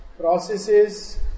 processes